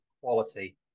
quality